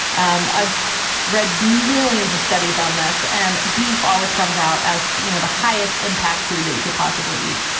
um i've read millions of studies on this and beef always comes out, as, you know, the highest impact food that you could possibly eat.